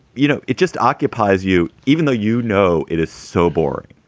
you know, it just occupies you even though, you know, it is so boring.